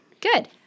Good